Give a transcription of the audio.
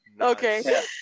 okay